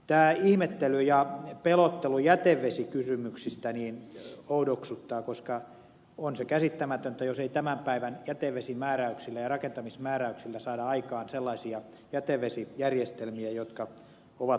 tämä ihmettely ja pelottelu jätevesikysymyksistä oudoksuttaa koska on se käsittämätöntä jos ei tämän päivän jätevesimääräyksillä ja rakentamismääräyksillä saada aikaan sellaisia jätevesijärjestelmiä jotka ovat moitteettomia